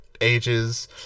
ages